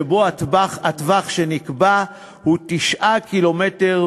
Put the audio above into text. שבו הטווח שנקבע הוא 9 קילומטרים,